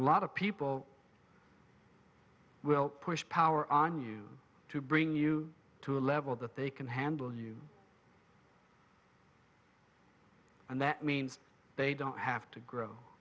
and lot of people will push power on you to bring you to a level that they can handle you and that means they don't have to grow